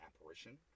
apparition